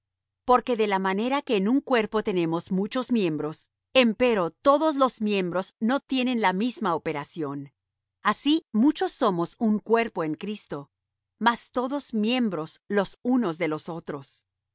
porque de la manera que en un cuerpo tenemos muchos miembros empero todos los miembros no tienen la misma operación así muchos somos un cuerpo en cristo mas todos miembros los unos de los otros